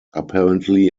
apparently